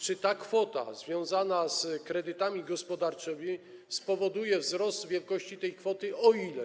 Czy ta kwota związana z kredytami gospodarczymi spowoduje wzrost wielkości tej kwoty i o ile?